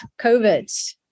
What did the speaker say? COVID